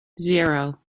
zero